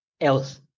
else